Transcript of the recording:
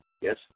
yes